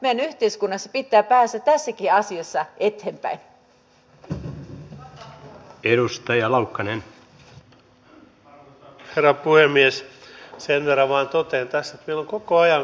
emme puhu pelkästä yhden ministerin yhdestä lipsahduksesta tai väärän tiedon levittämisestä vaan siitä millainen hallintokulttuuri suomeen on juurrutettu